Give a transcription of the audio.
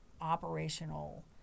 operational